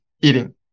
eating